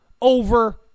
over